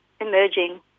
Emerging